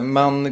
man